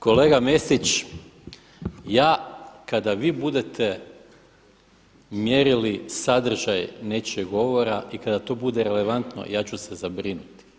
Kolega Mesić, ja kada vi budete mjerili sadržaj nečijeg govora i kada to bude relevantno ja ću se zabrinuti.